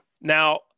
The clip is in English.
Now